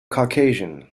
caucasian